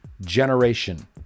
generation